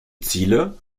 ziele